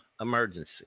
emergency